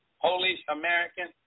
Polish-American